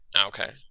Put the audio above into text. okay